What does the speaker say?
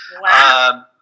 Wow